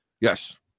Yes